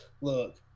Look